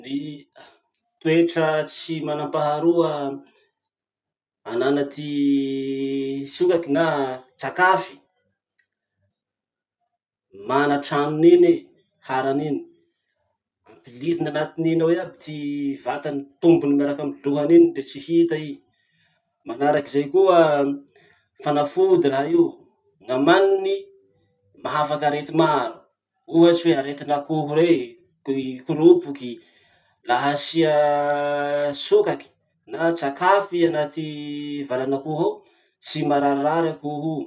Ny toetra tsy manam-paharoa anana ty sokaky na tsakafy, mana tranony iny i, harany iny; ampiliriny anatin'iny ao iaby ty vatany, tombony miaraky amy lohany le tsy hita i. Manaraky zay koa, fanafody raha io, gn'amaniny mahafaky arety maro. Ohatsy hoe arety akoho rey, ty koropoky, laha asia sokaky na tsakafy i anaty valan'akoho ao, tsy mararirary akoho.